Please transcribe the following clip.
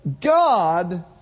God